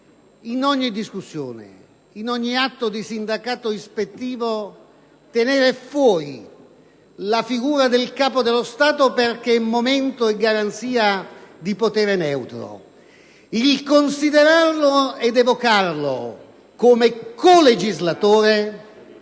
in ogni discussione, in ogni atto di sindacato ispettivo, tenere fuori la figura del Capo dello Stato, perché momento e garanzia di potere neutro. Il considerarlo ed evocarlo come colegislatore